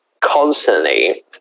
constantly